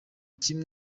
kimwe